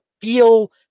feel